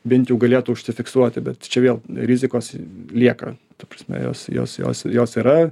bent jau galėtų užsifiksuoti bet čia vėl rizikos lieka ta prasme jos jos jos jos yra